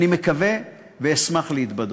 אני מקווה, ואשמח, להתבדות.